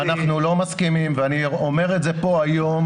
אנחנו לא מסכימים ואני אומר את זה כאן היום.